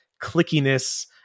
clickiness